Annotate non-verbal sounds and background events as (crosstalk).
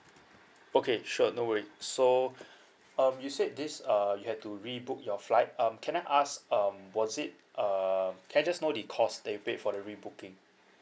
okay sure no worry so (breath) um you said this uh you had to rebook your flight um can I ask um was it uh can I just know the cost that you paid for the rebooking